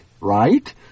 right